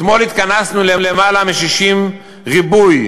אתמול התכנסנו למעלה מ-60 ריבוא,